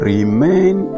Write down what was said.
Remain